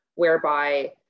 whereby